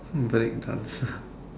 hmm where it comes uh